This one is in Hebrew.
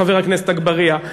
חבר הכנסת אגבאריה,